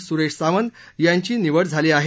सुरेश सावत यांची निवड झाली आहे